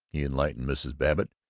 he enlightened mrs. babbitt,